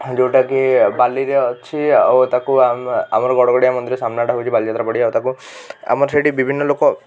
ଯେଉଁଟା କି ବାଲିରେ ଅଛି ଆଉ ତାକୁ ଆମ ଆମର ଗଡ଼ଗଡ଼ିଆ ମନ୍ଦିର ସାମନା ଟା ହେଉଛି ବାଲିଯାତ୍ରା ପଡ଼ିଆ ଓ ତାକୁ ଆମର ସେଠି ବିଭିନ୍ନ ଲୋକ